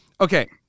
Okay